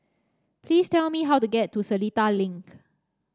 please tell me how to get to Seletar Link